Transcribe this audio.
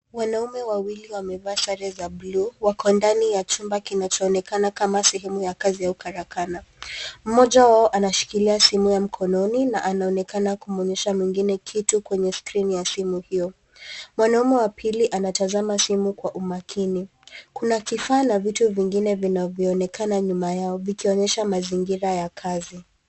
Wanaume wawili wamevaa sare za buluu. Wako ndani ya chumba kinachoonekana kama sehemu ya kazi au karakana. Moja wao anashikilia simu ya mkononi na anaonekana kumwonyesha mwengine kitu kwenye skrini ya simu hiyo. Mwanaume wa pili anatazama simu kwa umakini. Kuna kifaa na vitu vingine vinavyoonekana nyuma yao vikionyesha mazingira ya kazi.